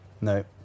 No